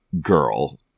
girl